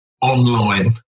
online